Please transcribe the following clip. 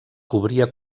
cobria